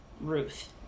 Ruth